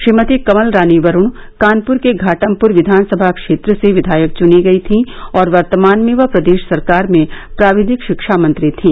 श्रीमती कमल रानी वरूण कानपुर के घाटमपुर विद्यान सभा क्षेत्र से विधायक चुनी गयी थीं और वर्तमान में वह प्रदेश सरकार में प्राविधिक शिक्षा मंत्री थीं